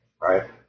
right